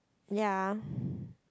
ya